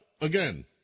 again